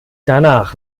danach